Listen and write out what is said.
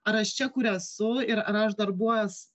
ar aš čia kur esu ir ar aš darbuojuos